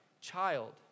child